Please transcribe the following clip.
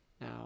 Now